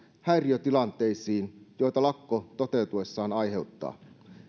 häiriötilanteisiin joita lakko toteutuessaan aiheuttaa